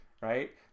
right